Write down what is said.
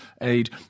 aid